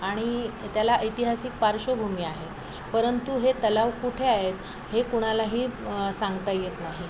आणि त्याला ऐतिहासिक पार्श्वभूमी आहे परंतु हे तलाव कुठे आहेत हे कुणालाही सांगता येत नाही